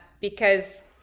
because-